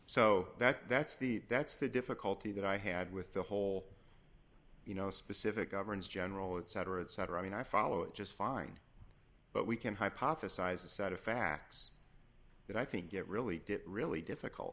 so that that's the that's the difficulty that i had with the whole you know specific governs general it sadder and sadder i mean i follow it just fine but we can hypothesize a set of facts that i think it really did really difficult